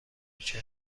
ریچل